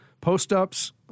post-ups